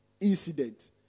incident